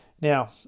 Now